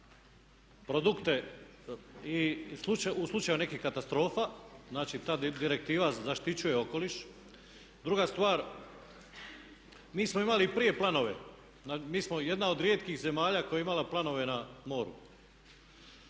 produkte i u slučaju nekih katastrofa, znači tad ih direktiva zaštićuje okoliš. Druga stvar, mi smo imali prije planove, mi smo jedna od rijetkih zemalja koja je imala planove na moru.